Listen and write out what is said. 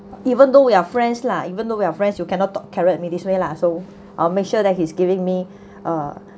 even though we are friends lah even though we are friends you cannot talk carrot me this way lah so I'll make sure that he's giving me uh